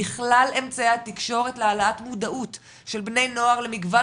בכלל אמצעי התקשורת להעלאת מודעות של בני נוער למגוון